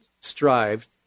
strived